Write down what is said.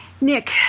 Nick